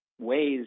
ways